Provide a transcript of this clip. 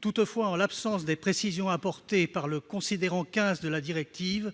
Toutefois, en l'absence des précisions apportées par le considérant 15 de la directive,